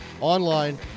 online